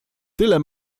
tyle